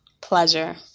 Pleasure